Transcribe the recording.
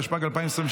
התשפ"ג 2022,